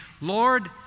Lord